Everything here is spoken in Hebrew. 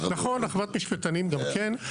נכון, אחוות משפטנים גם כן.